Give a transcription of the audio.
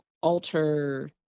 alter